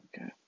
okay